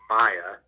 Maya